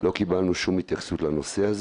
לא קיבלנו שום התייחסות לנושא הזה